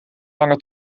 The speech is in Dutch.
lange